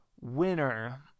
winner